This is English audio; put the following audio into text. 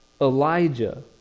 Elijah